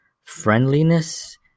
friendliness